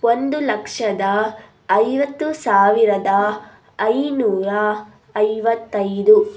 ಒಂದು ಲಕ್ಷದ ಐವತ್ತು ಸಾವಿರದ ಐನೂರ ಐವತ್ತೈದು